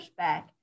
pushback